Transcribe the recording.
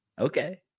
Okay